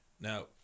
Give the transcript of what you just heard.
Now